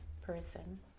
person